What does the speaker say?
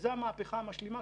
זאת המהפכה המשלימה,